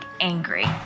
angry